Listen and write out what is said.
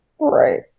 Right